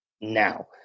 now